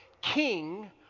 king